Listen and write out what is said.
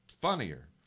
funnier